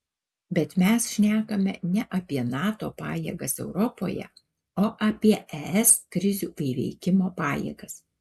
bet mes šnekame ne apie nato pajėgas europoje o apie es krizių įveikimo pajėgas